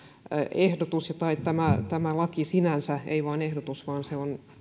ehdotus tai tämä tämä laki ei vain ehdotus vaan se on